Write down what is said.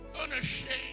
unashamed